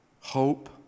hope